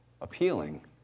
appealing